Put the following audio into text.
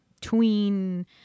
tween